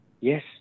Yes